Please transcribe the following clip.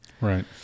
Right